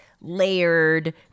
layered